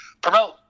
promote